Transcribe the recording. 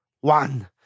One